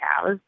cows